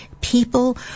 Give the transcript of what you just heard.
people